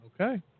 Okay